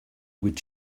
would